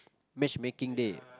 matchmaking day